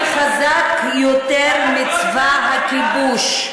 אומר לעמי: אני חזק יותר מצבא הכיבוש,